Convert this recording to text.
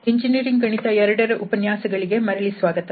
engineering ಗಣಿತ 2 ರ ಉಪನ್ಯಾಸಗಳಿಗೆ ಮರಳಿ ಸ್ವಾಗತ